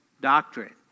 doctrine